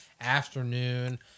afternoon